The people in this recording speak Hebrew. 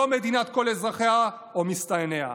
לא מדינת כל אזרחיה או מסתנניה.